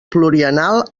pluriennal